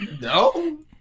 No